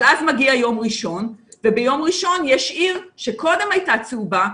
אבל אז מגיע יום ראשון וביום ראשון יש עיר שקודם הייתה צהובה,